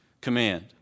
command